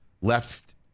left